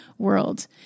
world